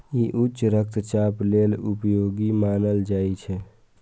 ई उच्च रक्तचाप लेल उपयोगी मानल जाइ छै